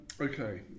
Okay